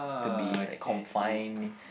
to be like confined